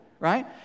Right